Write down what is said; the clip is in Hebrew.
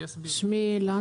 שיסבירו.